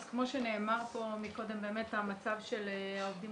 באמת המצב של העובדים